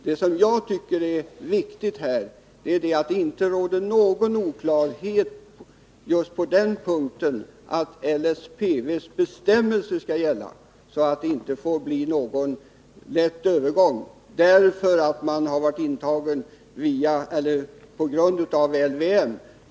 Vad jag tycker är viktigt är att det inte råder någon oklarhet just på den punkten att LSPV:s bestämmelser skall gälla. Det får inte bli någon lätt övergång till psykiatrisk vård, därför att man har varit intagen på grund av LVM.